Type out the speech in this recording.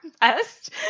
best